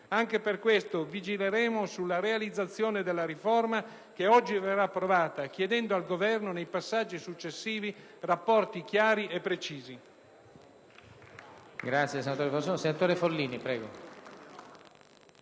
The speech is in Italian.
Anche per questo vigileremo sulla realizzazione della riforma che oggi verrà approvata, chiedendo al Governo nei passaggi successivi rapporti chiari e precisi.